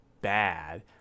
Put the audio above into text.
bad